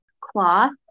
cloth